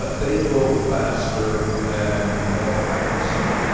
but they drove faster and more recklessly.